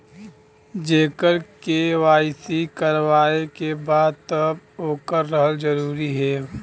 जेकर के.वाइ.सी करवाएं के बा तब ओकर रहल जरूरी हे?